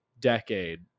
decade